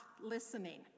listening